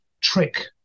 trick